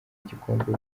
igikombe